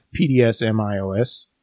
pdsmios